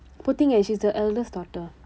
poor thing eh she's the eldest daughter